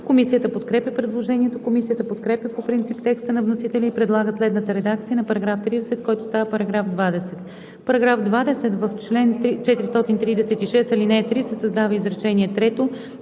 Комисията подкрепя предложението. Комисията подкрепя по принцип текста на вносителя и предлага следната редакция на § 30, който става § 20: „§ 20. В чл. 436, ал. 3 се създава изречение